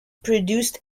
produced